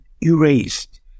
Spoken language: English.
erased